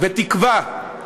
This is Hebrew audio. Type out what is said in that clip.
ותקווה.